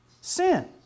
sin